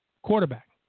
Quarterback